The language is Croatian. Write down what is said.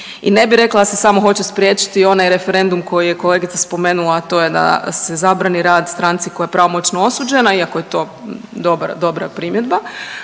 I ne bih rekla da se samo hoće spriječiti onaj referendum koji je kolegica spomenula, a to je da se zabrani rad stranci koja je to pravomoćno osuđena iako je to dobar, dobra primjedba,